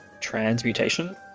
Transmutation